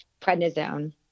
prednisone